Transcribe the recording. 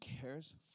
cares